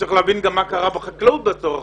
צריך להבין גם מה קרה בחקלאות בעשור האחרון.